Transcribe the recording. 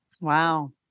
Wow